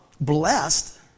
blessed